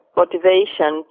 motivation